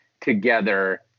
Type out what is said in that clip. together